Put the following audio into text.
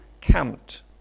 camped